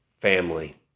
family